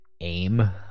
Aim